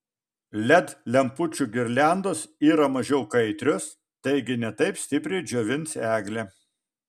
led lempučių girliandos yra mažiau kaitrios taigi ne taip stipriai džiovins eglę